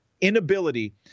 inability